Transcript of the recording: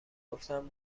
گفتم